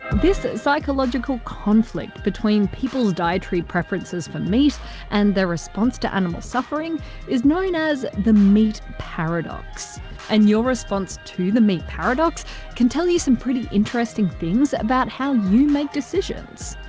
this psychological conflict between people's dietary preference for meat and their response to animal suffering is known as the meat paradox and your response to the meat paradox can tell you some pretty interesting things about how you make decisions.